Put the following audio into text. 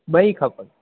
ॿई खपनि